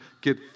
get